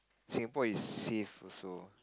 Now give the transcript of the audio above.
Singapore is safe also